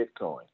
Bitcoin